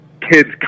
kids